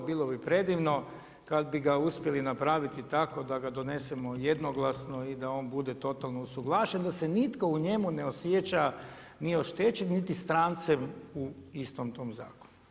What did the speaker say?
Bilo bi predivno kad bi ga uspjelo napraviti tako da ga donesemo jednoglasno i da on bude totalno suglašen, da se nitko u njemu ne osjeća ni oštećen niti strancem u istom tom zakonu.